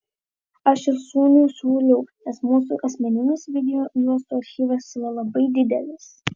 aš ir sūnui siūliau nes mūsų asmeninis video juostų archyvas yra labai didelis